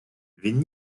він